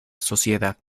sociedad